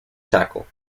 tackle